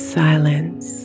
silence